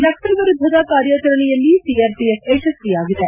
ನಕ್ಸಲ್ ವಿರುದ್ಲದ ಕಾರ್ಯಾಚರಣೆಯಲ್ಲಿ ಸಿಆರ್ಪಿಎಫ್ ಯಶಸ್ವಿಯಾಗಿದೆ